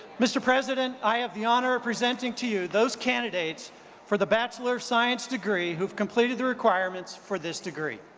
mr. president, i have the honor of presenting to you those candidates for the bachelor of science degree who've completed the requirements for this degree.